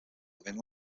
having